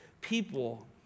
people